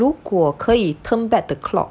如果可以 turn back the clock